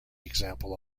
example